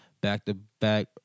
back-to-back